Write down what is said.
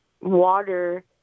water